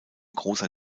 großer